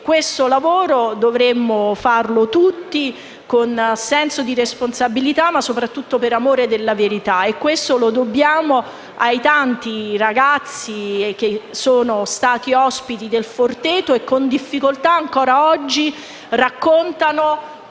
questo lavoro con senso di responsabilità, ma soprattutto per amore della verità. Lo dobbiamo ai tanti ragazzi che sono stati ospiti del Forteto e che con difficoltà, ancora oggi, raccontano